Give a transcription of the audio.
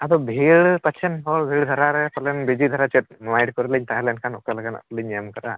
ᱟᱫᱚ ᱵᱷᱤᱲ ᱯᱟᱪᱷᱮᱱ ᱦᱚᱲ ᱵᱷᱤᱲ ᱫᱷᱟᱨᱟ ᱨᱮ ᱯᱟᱞᱮᱱ ᱵᱤᱡᱤ ᱫᱷᱟᱨᱟ ᱪᱮᱫ ᱢᱟᱭᱤᱰ ᱠᱚᱨᱮᱞᱤᱧ ᱛᱟᱦᱮᱸ ᱞᱮᱱᱠᱷᱟᱱ ᱚᱠᱟ ᱞᱮᱠᱟᱱᱟᱜ ᱞᱤᱧ ᱮᱢ ᱟᱠᱟᱜᱼᱟ